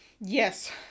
yes